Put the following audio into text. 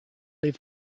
liv